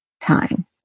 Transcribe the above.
time